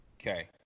Okay